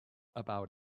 about